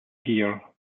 gear